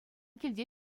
килте